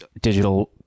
digital